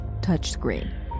touchscreen